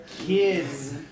Kids